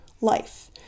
life